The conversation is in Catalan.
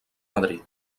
madrid